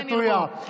כן ירבו.